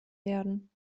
werden